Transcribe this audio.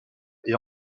est